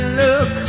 look